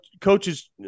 coaches –